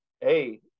hey